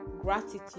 gratitude